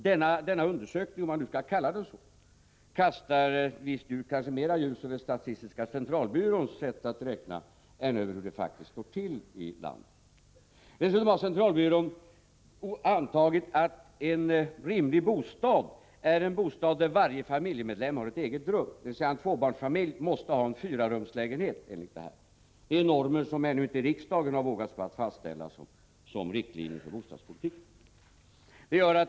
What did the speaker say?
Denna undersökning, om man nu skall kalla den så, kastar kanske därför mera ljus över statistiska centralbyråns sätt att räkna än över hur det faktiskt står till i landet. Dessutom har centralbyrån antagit att en rimlig bostad är en bostad där varje familjemedlem har ett eget rum. En tvåbarnsfamilj måste alltså ha en fyrarumslägenhet. Det är en norm som riksdagen ännu inte har vågat fastställa som riktlinje för bostadspolitiken.